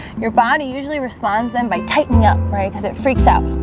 your body usually responds in by tightening up right because it freaks out,